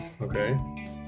okay